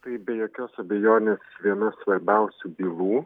tai be jokios abejonės viena svarbiausių bylų